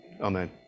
Amen